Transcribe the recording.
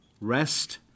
Rest